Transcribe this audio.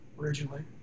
originally